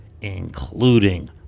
including